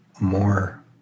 more